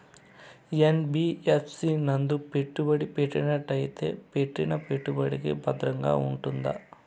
NBFC నందు పెట్టుబడి పెట్టినట్టయితే పెట్టిన పెట్టుబడికి భద్రంగా ఉంటుందా?